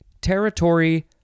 territory